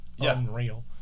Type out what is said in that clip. unreal